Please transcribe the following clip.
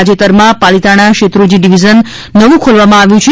તાજેતરમાં પાલીતાણા શેત્રુંજી ડિવિઝન નવું ખોલવામાં આવ્યું છે